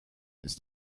ist